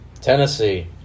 Tennessee